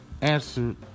answer